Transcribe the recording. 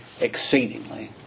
exceedingly